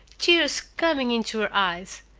tears coming into her eyes,